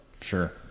Sure